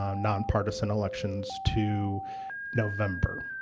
um non-partisan elections, to november.